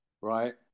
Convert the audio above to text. right